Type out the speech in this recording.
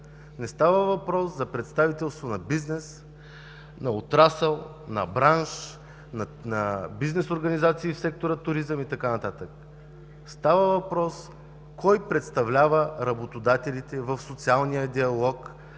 Не става въпрос за представителство на бизнес, на отрасъл, на бранш, на бизнес организации в сектора „Туризъм” и така нататък. Става въпрос кой представлява работодателите в социалния диалог